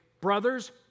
brothers